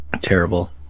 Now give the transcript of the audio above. Terrible